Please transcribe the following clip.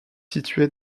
située